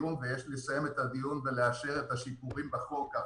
יש לסיים את הדיון ולאשר את השיפורים בחוק, כך